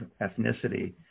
ethnicity